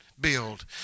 Build